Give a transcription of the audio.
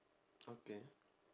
okay